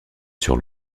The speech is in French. sur